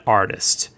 artist